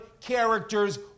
characters